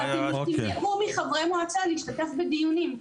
אתם תמנעו מחברי מועצה להשתתף בדיונים.